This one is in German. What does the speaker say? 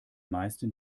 meisten